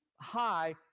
high